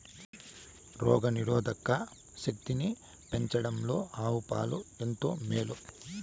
రోగ నిరోధక శక్తిని పెంచడంలో ఆవు పాలు ఎంతో మేలు